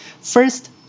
First